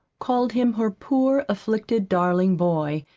called him her poor, afflicted, darling boy,